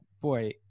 boy